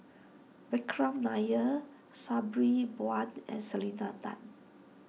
Vikram Nair Sabri Buand and Selena Tan